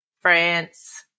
France